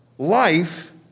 Life